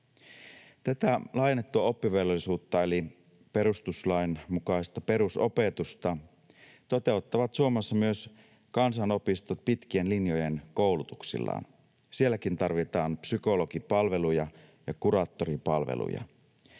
Tätä laajennettua oppivelvollisuutta eli perustuslain mukaista perusopetusta toteuttavat Suomessa myös kansanopistot pitkien linjojen koulutuksillaan. Sielläkin tarvitaan psykologipalveluja ja kuraattoripalveluja.